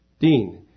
Dean